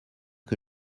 que